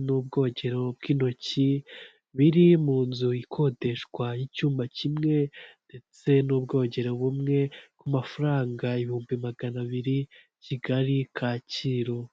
abaza kuvunjisha amafaranga yabo bayakura mu bwoko runaka bw'amafaranga bayashyira mu bundi bwoko runaka bw'amafaranga, aha turabonamo mudasobwa, turabonamo n'umugabo wicaye ategereje gufasha abakiriya baza kuvunjisha amafaranga yawe.